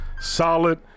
solid